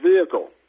vehicle